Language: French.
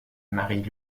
marie